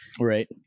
Right